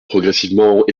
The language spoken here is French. progressivement